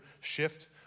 shift